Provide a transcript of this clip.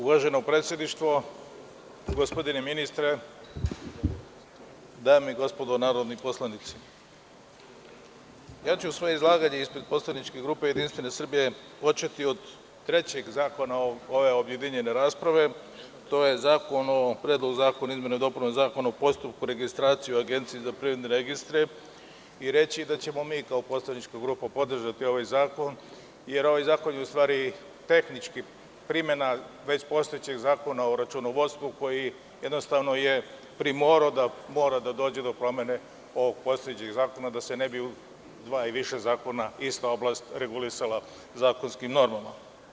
Uvaženo predstavništvo, gospodine ministre, dame i gospodo narodni poslanici, svoje izlaganje ispred poslaničke grupe JS počeću od trećeg zakona ove objedinjene rasprave, a to je Predlog zakona o izmenama i dopunama Zakona o postupku registracije u Agenciji za privredne registre, i reći ću da ćemo mi kao poslanička grupa podržati ovaj zakon, jer ovaj zakon je u stvari tehnička primena već postojećeg Zakona o računovodstvu, koji je jednostavno primorao da mora da dođe do promene ovog postojećeg zakona, da se ne bi sa dva ili više zakona ista oblast regulisala zakonskim normama.